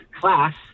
class